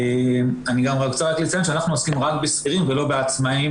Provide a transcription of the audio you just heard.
אני רוצה לציין שאנחנו עוסקים רק בשכירים ולא בעצמאים